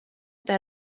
eta